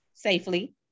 safely